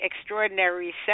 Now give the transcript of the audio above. extraordinary